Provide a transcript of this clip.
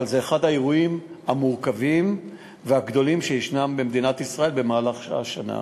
אבל זה אחד האירועים המורכבים והגדולים שיש במדינת ישראל במהלך השנה.